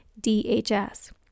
DHS